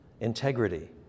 integrity